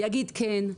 יגיד כן,